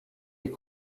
est